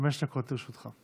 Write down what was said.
חמש דקות לרשותך.